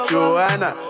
Joanna